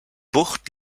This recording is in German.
bucht